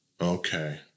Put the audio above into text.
Okay